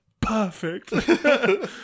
Perfect